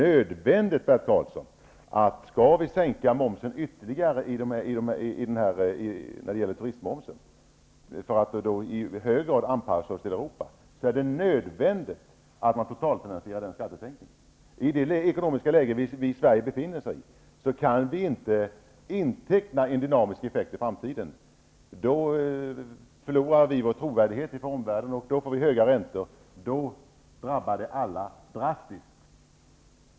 Karlsson, för att det i hög grad skall ske en anpassning till Europa, är det nödvändigt att totalfinansiera den skattesänkningen. I det ekonomiska läge Sverige befinner sig i, kan vi inte inteckna en dynamisk effekt i framtiden. Då förlorar vi vår trovärdighet inför omvärlden. Räntorna blir höga, och det drabbar alla drastiskt.